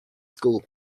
school